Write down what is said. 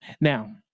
now